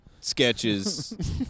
Sketches